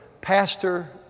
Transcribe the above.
pastor